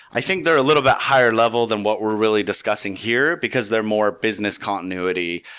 i think they're a little bit higher level than what we're really discussing here, because they're more business continuity.